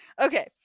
Okay